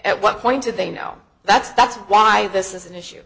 at what point did they know that's that's why this is an issue